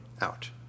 out